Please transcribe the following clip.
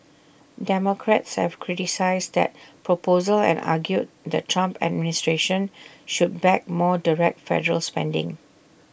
democrats have criticised that proposal and argued the Trump administration should back more direct federal spending